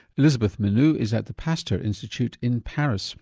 elisabeth menu is at the pasteur institute in paris,